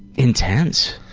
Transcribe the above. intense.